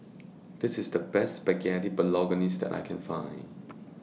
This IS The Best Spaghetti Bolognese that I Can Find